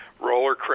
roller